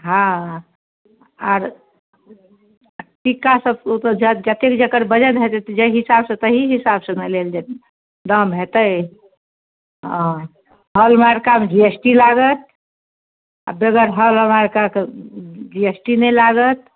हँ आओर टीकासब ओ तऽ जतेक जकर वजन हेतै जही हिसाबसँ तही हिसाबसँ ने लेल जे दाम हेतै हँ हॉलमार्कामे जी एस टी लागत आओर बेगर हॉलमार्काके जी एस टी नहि लागत